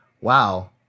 wow